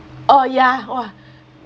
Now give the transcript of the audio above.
oh ya !wah!